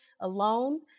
alone